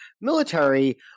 military